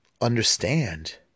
understand